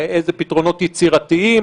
איזה פתרונות יצירתיים